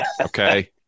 Okay